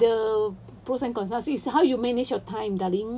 ada pros and cons lah see how you manage your time darling